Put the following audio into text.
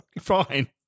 Fine